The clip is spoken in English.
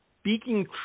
speaking